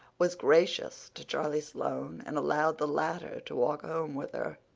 was gracious to charlie sloane and allowed the latter to walk home with her.